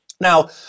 Now